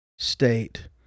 state